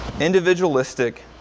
individualistic